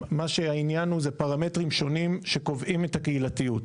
מה שהעניין הוא זה פרמטרים שונים שקובעים את הקהילתיות.